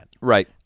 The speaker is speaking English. Right